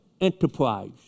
enterprise